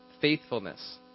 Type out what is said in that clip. faithfulness